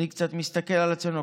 אני קצת מסתכל על עצמנו.